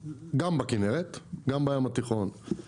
גם בכנרת, גם בים התיכון.